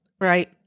Right